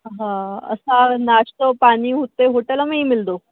हा असां नाश्तो पानी हुते होटल में ई मिलंदो